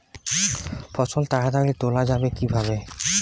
ফসল তাড়াতাড়ি তোলা যাবে কিভাবে?